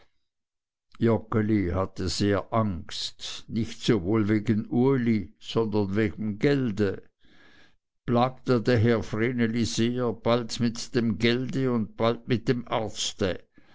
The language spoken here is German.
joggeli hatte sehr angst nicht sowohl wegen uli sondern wegem gelde plagte daher vreneli sehr bald mit dem gelde und bald mit dem arzte